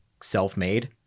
self-made